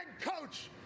coach